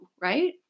Right